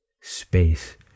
space